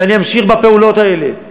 ואני אמשיך בפעולות האלה,